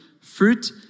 fruit